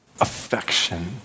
affection